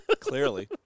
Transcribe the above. Clearly